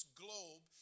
globe